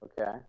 Okay